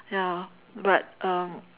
ya but um